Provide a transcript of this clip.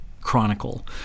Chronicle